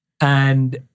And-